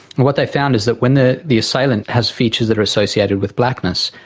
what they found is that when the the assailant has features that are associated with blackness,